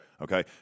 okay